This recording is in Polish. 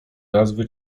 nazwy